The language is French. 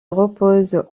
repose